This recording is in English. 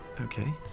Okay